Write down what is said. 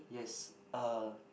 yes uh